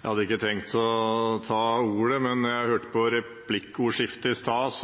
Jeg hadde ikke tenkt å ta ordet, men da jeg hørte på replikkordskiftet i stad,